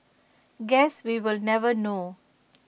guess we will never know